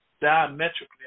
diametrically